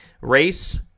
race